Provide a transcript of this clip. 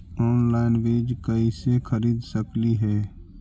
Online बीज कईसे खरीद सकली हे?